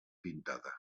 pintada